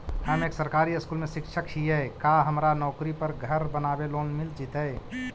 हम एक सरकारी स्कूल में शिक्षक हियै का हमरा नौकरी पर घर बनाबे लोन मिल जितै?